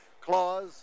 clause